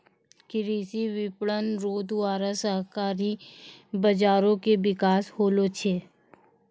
कृषि विपणन रो द्वारा सहकारी बाजारो के बिकास होलो छै